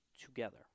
together